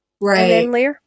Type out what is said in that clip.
Right